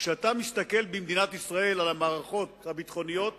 כשאתה מסתכל על המערכות הביטחוניות